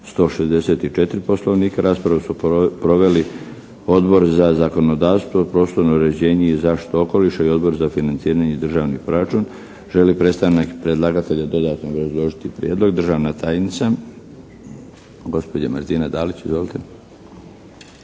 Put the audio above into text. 164. Poslovnika. Raspravu su proveli Odbor za zakonodavstvo, prostorno uređenje i zaštitu okoliša i Odbor za financiranje i državni proračun. Želi li predstavnik predlagatelja dodatno obrazložiti prijedlog? Državna tajnica, gospođa Martina Dalić. Izvolite!